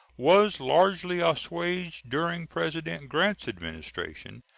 was largely assuaged during president grant's administration,